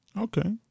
Okay